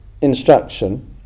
instruction